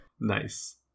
nice